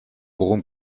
worum